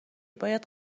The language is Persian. باید